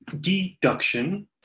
deduction